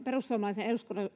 perussuomalaisen